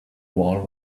wall